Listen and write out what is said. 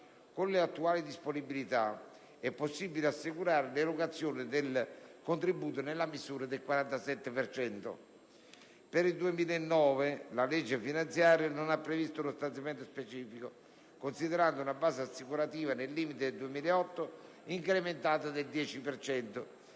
Con le attuali disponibilità, è possibile assicurare l'erogazione del contributo nella misura del 47 per cento. Per il 2009, invece, la legge finanziaria non ha previsto uno stanziamento specifico; considerando una base assicurativa nel limite del 2008, incrementata di